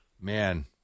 Man